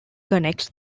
connects